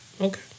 okay